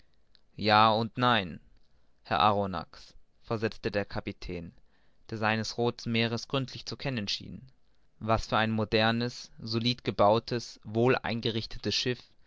ja und nein herr arronax versetzte der kapitän nemo der sein rothes meer gründlich zu kennen schien was für ein modernes solid gebautes wohl eingerichtetes schiff